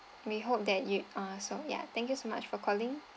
we hope that you ah so ya thank you so much for calling